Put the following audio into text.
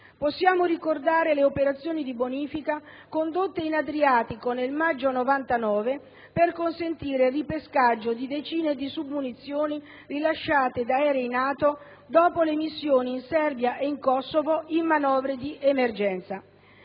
Possiamo ricordare le operazioni di bonifica condotte in Adriatico nel maggio 1999 per consentire il ripescaggio di decine di submunizioni rilasciate da aerei NATO dopo le missioni in Serbia e in Kosovo in manovre di emergenza.